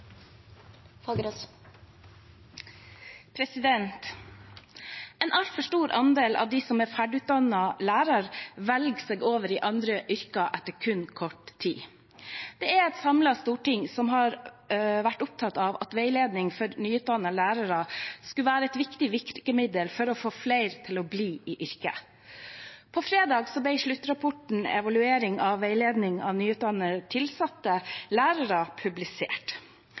En altfor stor andel av dem som er ferdigutdannet lærer, velger seg over i andre yrker etter kun kort tid. Det er et samlet storting som har vært opptatt av at veiledning for nyutdannede lærere skulle være et viktig virkemiddel for å få flere til å bli i yrket. På fredag ble sluttrapporten Evaluering av veiledning av nyutdannede nytilsatte lærere publisert.